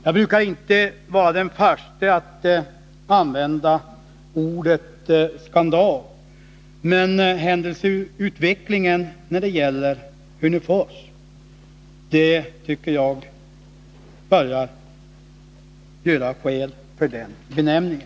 Jag brukar inte vara den förste att använda ordet skandal, men händelseutvecklingen när det gäller Hörnefors börjar göra skäl för den benämningen.